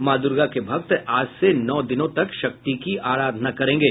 मां दूर्गा के भक्त आज से नौ दिनों तक शक्ति की आराधना करेंगे